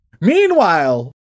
Meanwhile